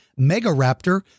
Megaraptor